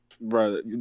Bro